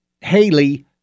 Haley